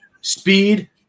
speed